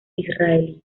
israelí